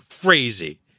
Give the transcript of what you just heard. crazy